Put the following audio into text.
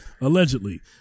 Allegedly